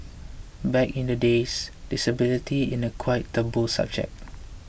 back in the days disability in a quite taboo subject